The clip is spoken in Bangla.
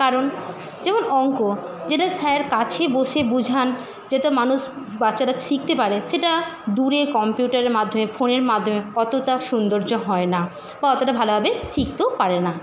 কারণ যেমন অঙ্ক যেটা স্যার কাছে বসে বোঝান যেটা মানুষ বাচ্চারা শিকতে পারে সেটা দূরে কম্পিউটারের মাধ্যমে ফোনের মাধ্যমে অতোটা সুন্দর্য হয় না বা অতোটা ভালোভাবে শিখতেও পারে না